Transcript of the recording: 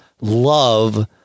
love